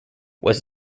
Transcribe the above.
was